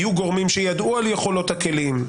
היו גורמים שידעו על יכולות הכלים,